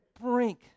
brink